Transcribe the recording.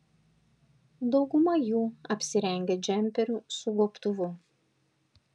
dauguma jų apsirengę džemperiu su gobtuvu